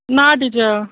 ना टिचर